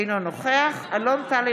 אינו נוכח אלון טל,